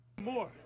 More